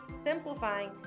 simplifying